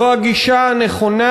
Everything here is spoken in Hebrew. זו הגישה הנכונה,